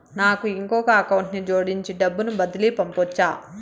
నాకు ఇంకొక అకౌంట్ ని జోడించి డబ్బును బదిలీ పంపొచ్చా?